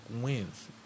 wins